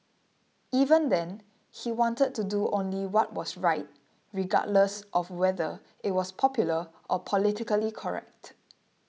even then he wanted to do only what was right regardless of whether it was popular or politically correct